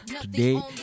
Today